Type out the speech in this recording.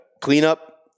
cleanup